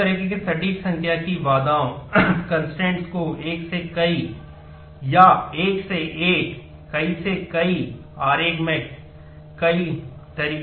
तो इस तरह की सटीक संख्या की बाधाओं है